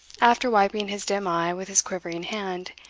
after wiping his dim eye with his quivering hand,